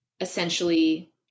essentially